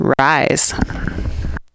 rise